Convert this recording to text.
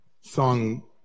song